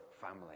family